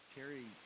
Terry